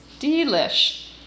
Delish